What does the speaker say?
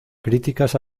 críticas